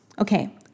Okay